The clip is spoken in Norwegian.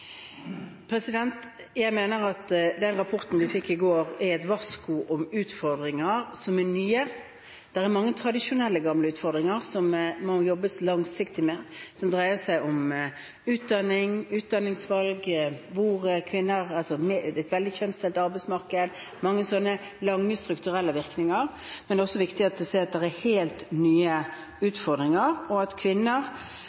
Jeg mener at den rapporten vi fikk i går, er et varsko om nye utfordringer. Det er mange tradisjonelle, gamle utfordringer som det må jobbes langsiktig med, som dreier seg om utdanning, utdanningsvalg, et veldig kjønnsdelt arbeidsmarked og mange slike lange strukturelle virkninger. Men det er også viktig å se at det er helt nye